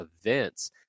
events